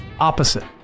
opposite